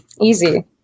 Easy